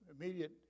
immediate